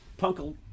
Punkle